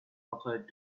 occurred